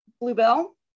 bluebell